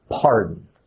pardon